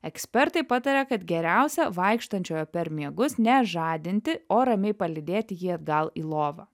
ekspertai pataria kad geriausia vaikštančiojo per miegus nežadinti o ramiai palydėti jį atgal į lovą